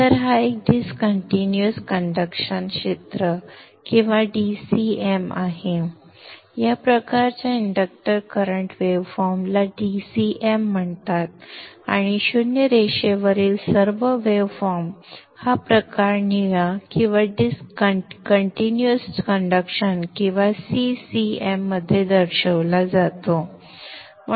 तर हा एक डिसकंटीन्यूअस कंडक्शन क्षेत्र किंवा DCM आहे या प्रकारच्या इंडक्टर करंट वेव्हफॉर्मला DCM म्हणतात आणि 0 रेषेवरील सर्व वेव्हफॉर्म हा प्रकार निळा किंवा कंटीन्यूअस कंडक्शन किंवा CCM मध्ये दर्शविला जातो